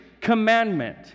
commandment